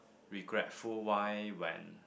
regretful why when